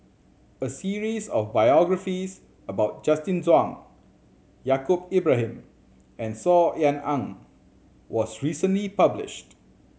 a series of biographies about Justin Zhuang Yaacob Ibrahim and Saw Ean Ang was recently published